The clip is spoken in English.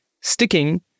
sticking